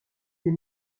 des